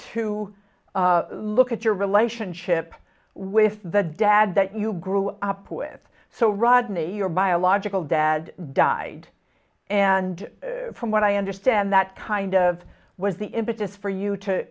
to look at your relationship with the dad that you grew up with so rodney your biological dad died and from what i understand that kind of was the impetus for you to